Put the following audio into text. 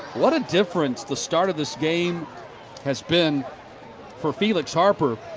what a difference the start of the game has been for felix harper.